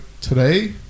today